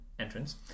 entrance